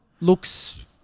Looks